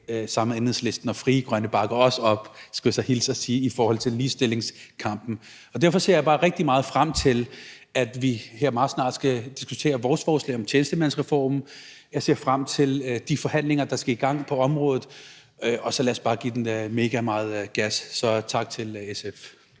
og Enhedslisten og Frie Grønne bakker også op, skulle jeg hilse og sige, i forhold til ligestillingskampen. Derfor ser jeg bare rigtig meget frem til, at vi meget snart skal diskutere vores forslag om tjenestemandsreformen. Jeg ser frem til de forhandlinger, der skal i gang på området, og så lad os bare give den mega meget gas. Så tak til SF.